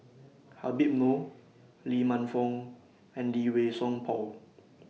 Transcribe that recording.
Habib Noh Lee Man Fong and Lee Wei Song Paul